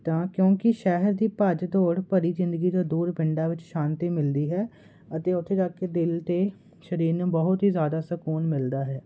ਤਾਂ ਕਿਉਂਕਿ ਸ਼ਹਿਰ ਦੀ ਭੱਜ ਦੌੜ ਭਰੀ ਜ਼ਿੰਦਗੀ ਤੋਂ ਦੂਰ ਪਿੰਡਾਂ ਵਿੱਚ ਸ਼ਾਂਤੀ ਮਿਲਦੀ ਹੈ ਅਤੇ ਉੱਥੇ ਜਾ ਕੇ ਦਿਲ ਅਤੇ ਸਰੀਰ ਨੂੰ ਬਹੁਤ ਹੀ ਜ਼ਿਆਦਾ ਸਕੂਨ ਮਿਲਦਾ ਹੈ